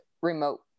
remote